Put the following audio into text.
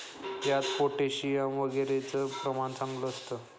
यात पोटॅशियम वगैरेचं प्रमाण चांगलं असतं